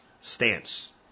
stance